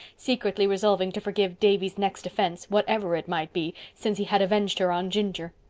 secretly resolving to forgive davy's next offence, whatever it might be, since he had avenged her on ginger.